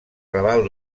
raval